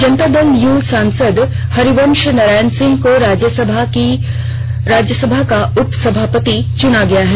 जनता Dal U सांसद हरिवंश नारायण सिंह को राज्यसभा का उपसभापति चुना गया है